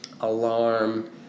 alarm